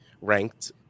ranked